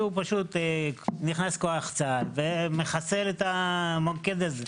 היה נכנס כוח צה"ל ומחסל את המוקד הזה.